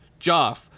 Joff